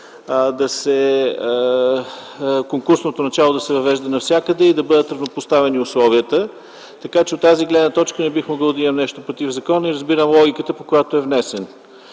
конкурсното начало да се въвежда навсякъде и условията да бъдат равнопоставени, така че от тази гледна точка не бих могъл да имам нещо против закона и разбирам логиката, по която е внесен.